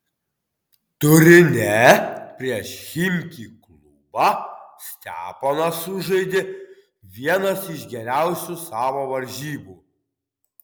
turine prieš chimki klubą steponas sužaidė vienas iš geriausių savo varžybų